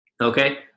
Okay